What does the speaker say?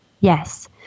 Yes